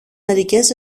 μερικές